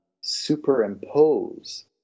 superimpose